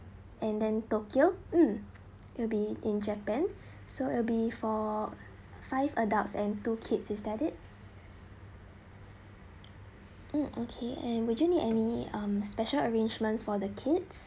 and then tokyo mm it'll be in japan so will be for five adults and two kids instead it mm okay and burgeoning any special arrangements for the kids